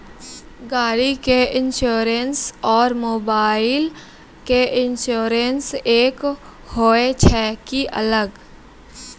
गाड़ी के इंश्योरेंस और मोबाइल के इंश्योरेंस एक होय छै कि अलग?